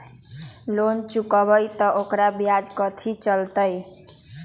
Loan चुकबई त ओकर ब्याज कथि चलतई?